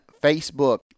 facebook